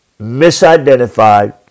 misidentified